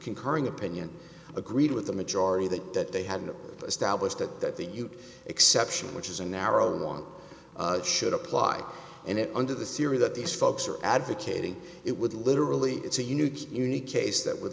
concurring opinion agreed with the majority that that they had an established that that the ute exception which is a narrow one should apply and it under the series that these folks are advocating it would literally it's a huge unique case that would